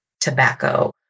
tobacco